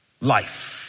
life